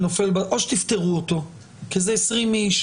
או שתפטרו אותו כי זה 20 איש,